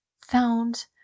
found